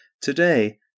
Today